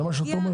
זה מה שאת אומרת?